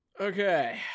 Okay